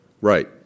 right